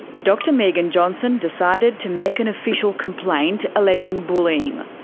dr megan johnson decided to make an official complaint, alleging bullying.